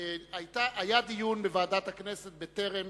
היה דיון בוועדת הכנסת בטרם